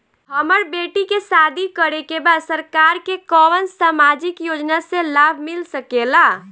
हमर बेटी के शादी करे के बा सरकार के कवन सामाजिक योजना से लाभ मिल सके ला?